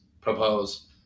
propose